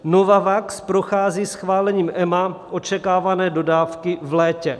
Novavax prochází schválením EMA očekávané dodávky v létě.